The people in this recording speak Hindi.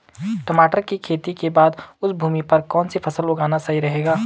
टमाटर की खेती के बाद उस भूमि पर कौन सी फसल उगाना सही रहेगा?